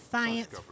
Science